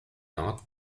not